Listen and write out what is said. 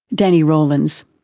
danni rowlands.